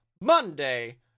Monday